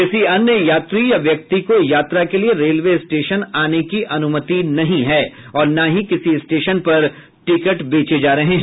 किसी अन्य यात्री या व्यक्ति को यात्रा के लिए रेलवे स्टेशन आने की अनुमति नहीं है और न ही किसी स्टेशन पर टिकट बेचे जा रहे हैं